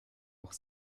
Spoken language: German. auch